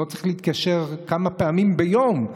לא צריך להתקשר כמה פעמים ביום.